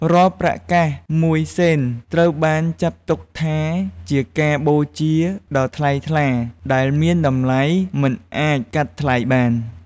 រាល់ប្រាក់កាក់មួយសេនត្រូវបានចាត់ទុកថាជាការបូជាដ៏ថ្លៃថ្លា ដែលមានតម្លៃមិនអាចកាត់ថ្លៃបាន។